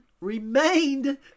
remained